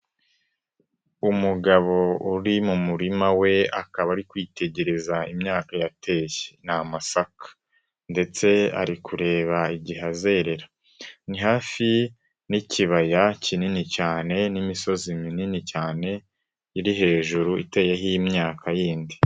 Umugabo uri mu murima we akaba ari kwitegereza imyaka yateye ni amasaka ndetse ari kureba igihe azerera. Ni hafi n'ikibaya kinini cyane n'imisozi minini cyane, iri hejuru iteyeho imyaka yindi.